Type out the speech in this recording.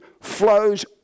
flows